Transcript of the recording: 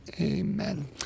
Amen